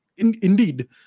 indeed